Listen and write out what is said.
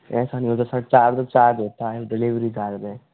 ऐसा नहीं होता है चार्ज तो चार्ज होता है डेलीवेरी चार्ज है